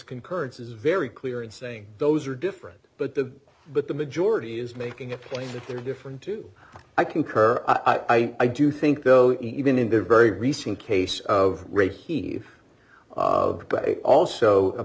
concurrence is very clear in saying those are different but the but the majority is making a plain that they're different do i concur i do think though even in the very recent case of rape he of but also